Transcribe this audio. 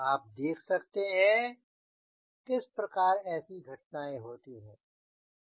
आप देख सकते हैं किस प्रकार ऐसी घटनाएँ होती है